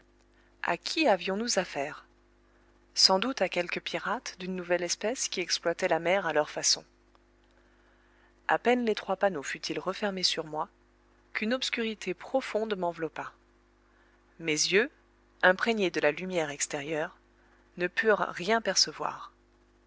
a qui avions-nous affaire sans doute à quelques pirates d'une nouvelle espèce qui exploitaient la mer à leur façon a peine l'étroit panneau fut-il refermé sur moi qu'une obscurité profonde m'enveloppa mes yeux imprégnés de la lumière extérieure ne purent rien percevoir